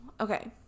Okay